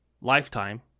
Lifetime